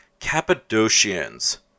Cappadocians